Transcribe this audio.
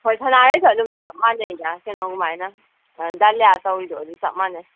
ꯍꯣꯏ ꯁꯅꯥꯔꯩꯁꯨ ꯑꯗꯨꯝ ꯆꯞ ꯃꯥꯟꯅꯩꯗ ꯀꯩꯅꯣ ꯑꯗꯨꯃꯥꯏꯅ ꯗꯥꯂꯤꯌꯥ ꯇꯧꯔꯤꯗꯣ ꯑꯗꯨ ꯆꯞ ꯃꯥꯟꯅꯩ